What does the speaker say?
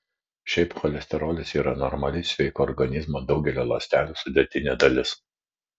šiaip cholesterolis yra normali sveiko organizmo daugelio ląstelių sudėtinė dalis